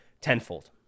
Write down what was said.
tenfold